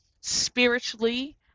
spiritually